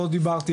לא דיברתי,